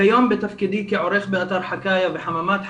כיום בתפקידי כעורך באתר חקאיא בחממה חקאיא,